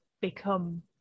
become